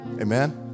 Amen